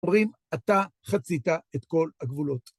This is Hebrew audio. ... אתה חצית את כל הגבולות.